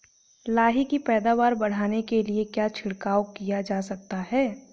लाही की पैदावार बढ़ाने के लिए क्या छिड़काव किया जा सकता है?